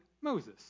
Moses